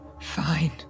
Fine